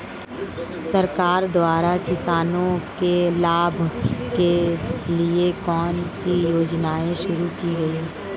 सरकार द्वारा किसानों के लाभ के लिए कौन सी योजनाएँ शुरू की गईं?